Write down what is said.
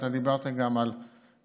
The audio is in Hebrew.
אתה דיברת גם על חקירות,